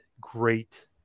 great